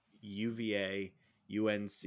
UVA-UNC